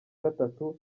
gatatu